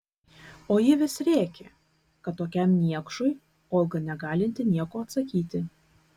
o ji vis rėkė kad tokiam niekšui olga negalinti nieko atsakyti